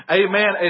amen